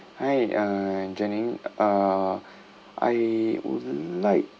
hi uh jenny uh I would like